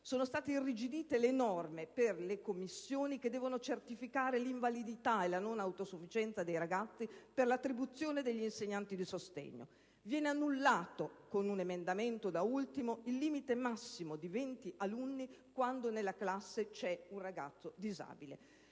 sono state irrigidite le norme per le commissioni che devono certificare l'invalidità e la non autosufficienza dei ragazzi per l'attribuzione degli insegnanti di sostegno; da ultimo, con un emendamento viene annullato il limite massimo di 20 alunni quando nella classe c'è un ragazzo disabile.